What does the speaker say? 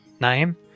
name